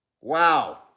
Wow